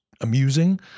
amusing